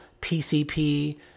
PCP